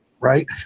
right